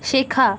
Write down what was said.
শেখা